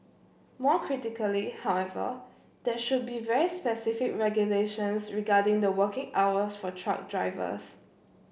more critically however there should be very specific regulations regarding the working hours for truck drivers